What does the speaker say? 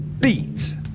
beat